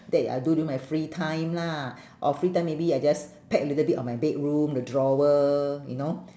that I do during my free time lah or free time maybe I just pack a little bit of my bedroom the drawer you know